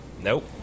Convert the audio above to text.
Nope